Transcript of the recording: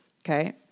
Okay